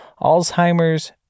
Alzheimer's